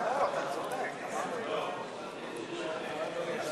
כהצעת הוועדה, נתקבל.